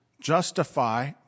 justify